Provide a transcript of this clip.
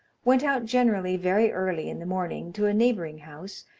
went out generally very early in the morning to a neighbouring house,